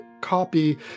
copy